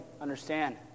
Understand